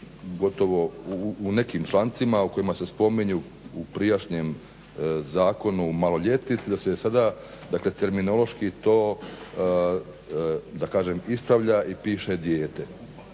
gotovo u nekim člancima u kojima se spominje u prijašnjem zakonu maloljetnici da se sada dakle terminološki to ispravlja i piše dijete.